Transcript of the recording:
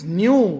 new